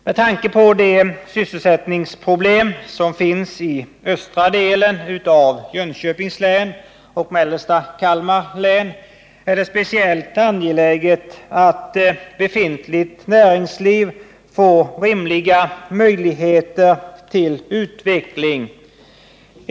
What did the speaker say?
Med tanke på de sysselsättningsproblem som finns i östra delen av Jönköpings län och mellersta Kalmar län är det speciellt angeläget att befintligt näringsliv får rimliga möjligheter till utveckling.